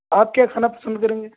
آپ کیا کھانا پسند کریں گے